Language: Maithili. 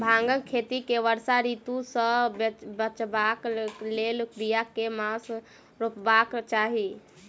भांगक खेती केँ वर्षा ऋतु सऽ बचेबाक कऽ लेल, बिया केँ मास मे रोपबाक चाहि?